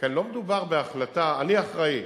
וכאן לא מדובר בהחלטה, אני אחראי,